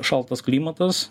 šaltas klimatas